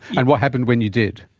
and what happened when you did?